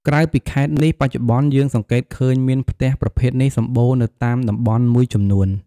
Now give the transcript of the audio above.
ក្រៅពីខេត្តនេះ បច្ចុប្បន្ន យើងសង្កេតឃើញមានផ្ទះប្រភេទនេះសម្បូរនៅតាមតំបន់មួយចំនួន។